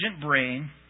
brain